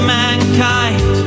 mankind